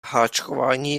háčkování